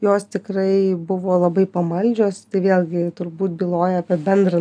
jos tikrai buvo labai pamaldžios tai vėlgi turbūt byloja apie bendrą